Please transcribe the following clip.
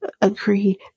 agree